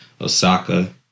Osaka